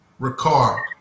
Ricard